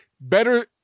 Better